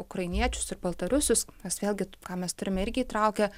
ukrainiečius ir baltarusius kas vėlgi ką mes turime irgi įtraukę